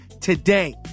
today